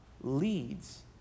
leads